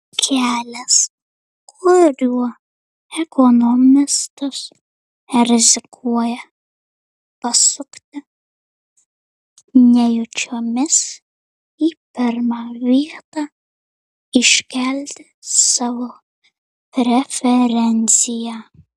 kelias kuriuo ekonomistas rizikuoja pasukti nejučiomis į pirmą vietą iškelti savo preferenciją